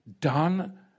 done